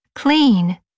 clean